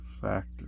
factor